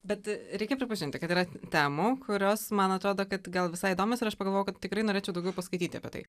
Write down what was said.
bet reikia pripažinti kad yra temų kurios man atrodo kad gal visai įdomios ir aš pagalvojau kad tikrai norėčiau daugiau paskaityti apie tai